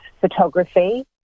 photography